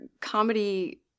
comedy